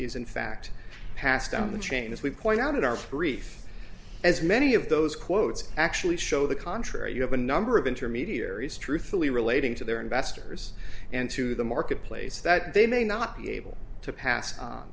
is in fact passed down the chain as we point out in our brief as many of those quotes actually show the contrary you have a number of intermediaries truthfully relating to their investors and to the marketplace that they may not be able to pass